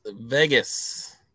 Vegas